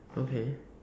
okay